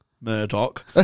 Murdoch